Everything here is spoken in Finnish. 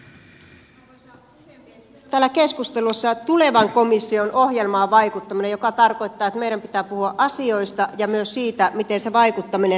meillä on täällä keskustelussa tulevan komission ohjelmaan vaikuttaminen mikä tarkoittaa että meidän pitää puhua asioista ja myös siitä miten se vaikuttaminen tapahtuu